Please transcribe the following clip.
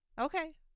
Okay